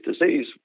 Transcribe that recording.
disease